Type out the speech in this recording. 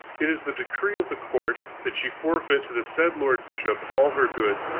it is the decree of the court that she forfeit to the said lord bishop all her goods,